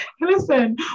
listen